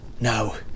now